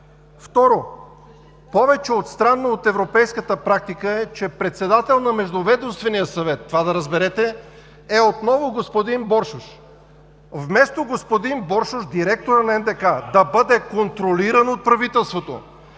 Второ, повече от странно от европейската практика, че председател на Междуведомствения съвет – това да разберете, е отново господин Боршош. Вместо господин Боршош – директор на НДК, да бъде контролиран от правителството,